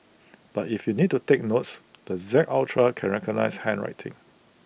but if you need to take notes the Z ultra can recognise handwriting